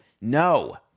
no